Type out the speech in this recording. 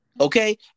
okay